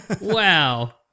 Wow